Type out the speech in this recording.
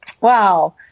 Wow